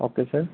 okay sir